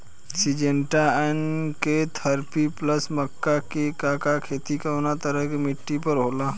Syngenta NK thirty plus मक्का के के खेती कवना तरह के मिट्टी पर होला?